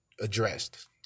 addressed